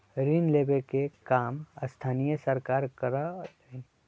ऋण लेवे के काम स्थानीय सरकार करअलई